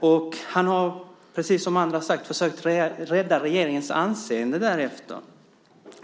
Och han har, precis som andra har sagt, försökt rädda regeringens anseende därefter.